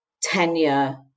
tenure